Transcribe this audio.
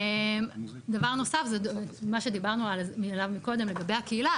דבר נוסף, זה מה שדיברנו עליו מקודם לגבי הקהילה.